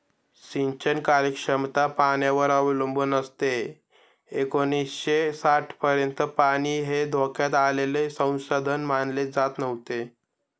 सिंचन कार्यक्षमता पाण्यावर अवलंबून असते एकोणीसशे साठपर्यंत पाणी हे धोक्यात आलेले संसाधन मानले जात नव्हते